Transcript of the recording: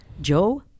Joe